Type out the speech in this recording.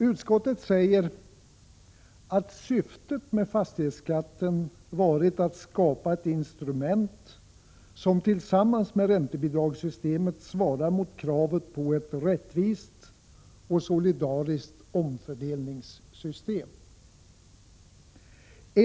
Utskottet säger att syftet med fastighetsskatten har varit att skapa ett instrument som tillsammans med räntebidragssystemet svarar mot kravet på ett rättvist och solidariskt omfördelningssystem.